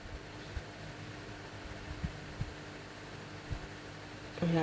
ya